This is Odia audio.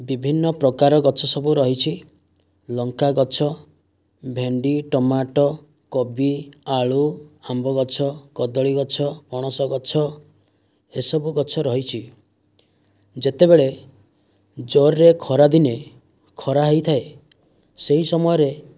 ବିଭିନ୍ନ ପ୍ରକାର ଗଛ ସବୁ ରହିଛି ଲଙ୍କା ଗଛ ଭେଣ୍ଡି ଟମାଟୋ କୋବି ଆଳୁ ଆମ୍ବ ଗଛ କଦଳୀ ଗଛ ପଣସ ଗଛ ଏସବୁ ଗଛ ରହିଛି ଯେତେବେଳେ ଜୋରରେ ଖରା ଦିନେ ଖରା ହୋଇଥାଏ ସେହି ସମୟରେ